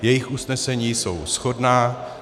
Jejich usnesení jsou shodná.